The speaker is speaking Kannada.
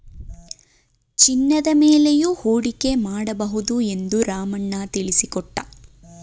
ಚಿನ್ನದ ಮೇಲೆಯೂ ಹೂಡಿಕೆ ಮಾಡಬಹುದು ಎಂದು ರಾಮಣ್ಣ ತಿಳಿಸಿಕೊಟ್ಟ